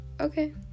okay